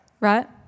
Right